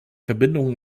verbindungen